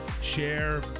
share